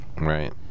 right